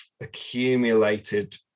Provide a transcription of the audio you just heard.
accumulated